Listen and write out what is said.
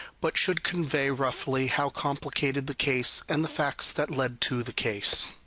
but should convey roughly how complicated the case and the facts that led to the case,